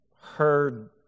heard